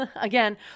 again